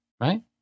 Right